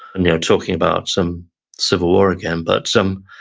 and you know talking about some civil war again, but some,